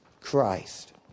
Christ